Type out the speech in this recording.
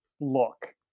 look